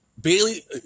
Bailey